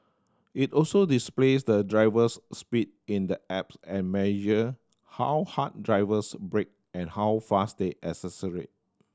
it also displays the driver's speed in the apps and measure how hard drivers brake and how fast they